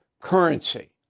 currency